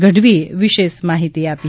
ગઢવીએ વિશેષ માહીતી આપી